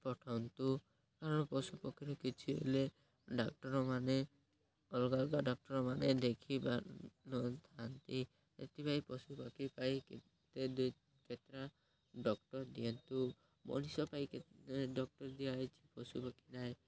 ପଠନ୍ତୁ କାରଣ ପଶୁପକ୍ଷୀରୁ କିଛି ହେଲେ ଡାକ୍ଟରମାନେ ଅଲଗା ଅଲଗା ଡାକ୍ଟରମାନେ ଦେଖିବା ଥାନ୍ତି ସେଥିପାଇଁ ପଶୁପକ୍ଷୀ ପାଇ କେତେ କେତେଟା ଡକ୍ଟର ଦିଅନ୍ତୁ ମଣିଷ ପାଇଁ ଡକ୍ଟର ଦିଆ ହେଇଛି ପଶୁପକ୍ଷୀ ନାଇ